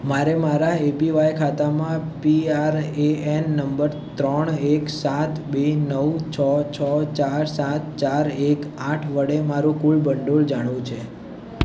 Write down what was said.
મારે મારા એપીવાય ખાતામાં P R A N number ત્રણ એક સાત બે નવ છ છ ચાર સાત ચાર એક આઠ વડે મારું કુલ ભંડોળ જાણવું છે